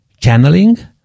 channeling